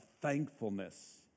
thankfulness